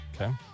okay